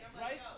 right